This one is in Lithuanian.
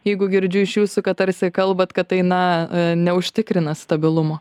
jeigu girdžiu iš jūsų kad tarsi kalbat kad tai na neužtikrina stabilumo